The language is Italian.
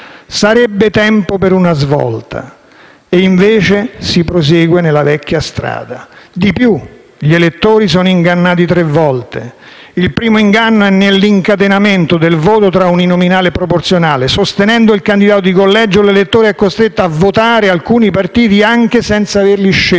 Sarebbe il tempo per una svolta, e invece si prosegue nella vecchia strada. Di più, gli elettori sono ingannati tre volte. II primo inganno è nell'incatenamento del voto tra uninominale e proporzionale. Sostenendo il candidato di collegio, l'elettore è costretto a votare alcuni partiti senza averli scelti.